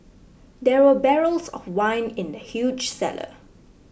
there were barrels of wine in the huge cellar